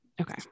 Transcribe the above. Okay